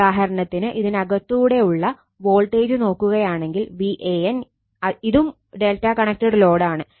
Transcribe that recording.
ഉദാഹരണത്തിന് ഇതിനകത്തൂടെ ഉള്ള വോൾട്ടേജ് നോക്കുകയാണെങ്കിൽ Van ഇതും Δ കണക്റ്റഡ് ലോഡ് ആണ്